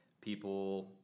people